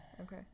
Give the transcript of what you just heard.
Okay